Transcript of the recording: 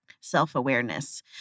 self-awareness